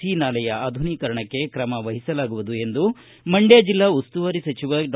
C ನಾಲೆಯ ಆಧುನೀಕರಣಕ್ಕೆ ಕ್ರಮವಹಿಸಲಾಗುವುದು ಎಂದು ಮಂಡ್ಕ ಜಿಲ್ಲಾ ಉಸ್ತುವಾರಿ ಸಚಿವ ಡಾ